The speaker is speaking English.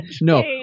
No